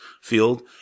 field